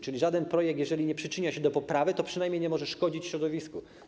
Czyli żaden projekt, jeżeli nie przyczynia się do poprawy, to przynajmniej nie może szkodzić środowisku.